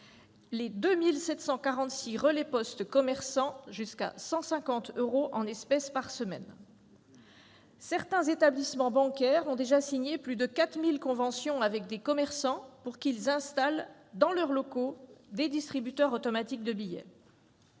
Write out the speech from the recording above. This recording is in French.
les 2 746 relais postes commerçants, jusqu'à 150 euros en espèces par semaine. Certains établissements bancaires ont déjà signé plus de 4 000 conventions avec des commerçants pour qu'ils installent dans leurs locaux des distributeurs automatiques de billets.